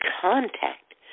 contact